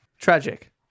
tragic